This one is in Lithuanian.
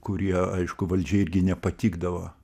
kurie aišku valdžiai irgi nepatikdavo